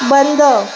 बंद